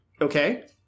Okay